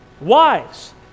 Wives